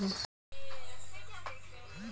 সীম গাছের পাতা হলুদ হয়ে যাচ্ছে কি করা যাবে?